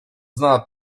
znała